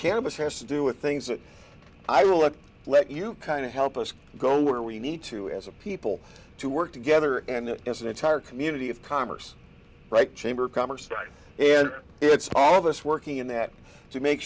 cannabis has to do with things that i really let you kind of help us go where we need to as a people to work together and as an entire community of commerce right chamber of commerce and it's all of us working in that to make